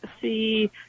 see